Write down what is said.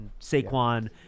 Saquon –